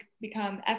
become